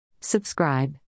Subscribe